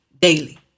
daily